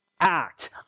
act